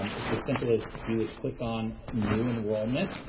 um it's as simple as you would click on new enrollment.